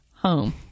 home